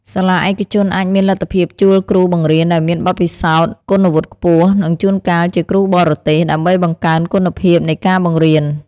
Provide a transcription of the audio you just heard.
សាលាឯកជនអាចមានលទ្ធភាពជួលគ្រូបង្រៀនដែលមានបទពិសោធន៍ គុណវុឌ្ឍិខ្ពស់ និងជួនកាលជាគ្រូបរទេស ដើម្បីបង្កើនគុណភាពនៃការបង្រៀន។